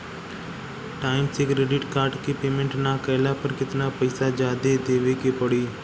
Time से credit card के payment ना कैला पर केतना पईसा जादे देवे के पड़ी?